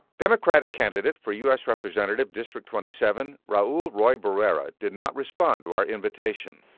democratic candidate for u s. representative, district twenty seven, raul roy barrera, did not respond to our invitation.